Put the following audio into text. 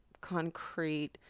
concrete